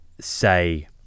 say